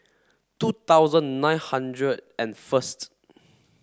two thousand nine hundred and first